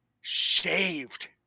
shaved